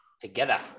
together